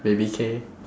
baby K